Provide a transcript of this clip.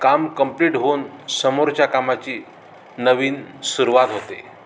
काम कंप्लीट होऊन समोरच्या कामाची नवीन सुरूवात होते